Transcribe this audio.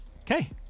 Okay